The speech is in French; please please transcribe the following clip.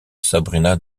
sabrina